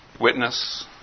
witness